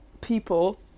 people